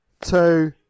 two